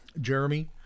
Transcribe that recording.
Jeremy